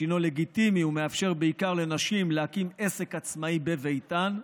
שהינו לגיטימי ומאפשר בעיקר לנשים להקים עסק עצמאי בביתן,